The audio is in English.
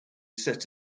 set